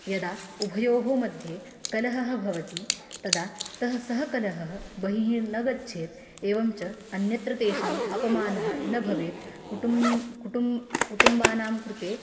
यदा उभयोः मध्ये कलहः भवति तदा तः सः कलहः बहिः न गच्छेत् एवं च अन्यत्र तेषाम् अपमानः न भवेत् कुटुम् कुटुम् कुटुम्बानां कृते